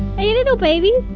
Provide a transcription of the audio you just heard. hey little baby.